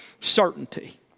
certainty